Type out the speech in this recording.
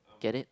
get it